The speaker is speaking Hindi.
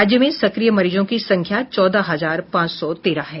राज्य में सक्रिय मरीजों की संख्या चौदह हजार पांच सौ तेरह है